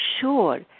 sure